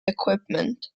equipment